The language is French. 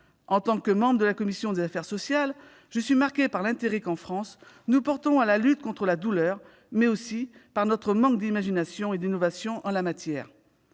En tant que membre de la commission des affaires sociales, je suis marquée par l'intérêt que nous portons, en France, à la lutte contre la douleur, mais aussi par notre manque d'imagination et d'innovation en la matière.